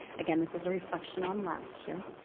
again, this is a reflection on last year.